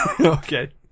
Okay